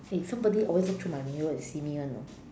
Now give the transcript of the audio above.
eh somebody always look through my mirror and see me [one] you know